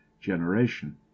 generation